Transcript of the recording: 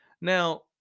Now